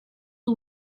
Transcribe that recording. who